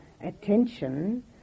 attention